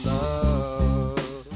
Love